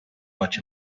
much